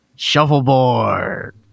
Shuffleboard